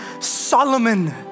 Solomon